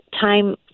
time